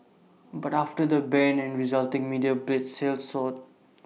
but after the ban and resulting media blitz sales soared